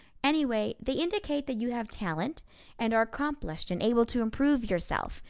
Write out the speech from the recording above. anyway, they indicate that you have talent and are accomplished and able to improve yourself,